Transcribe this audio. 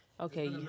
Okay